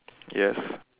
yes